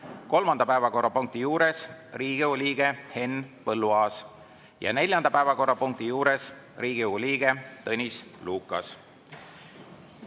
kolmanda päevakorrapunkti juures Riigikogu liige Henn Põlluaas ja neljanda päevakorrapunkti juures Riigikogu liige Tõnis Lukas.